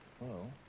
Hello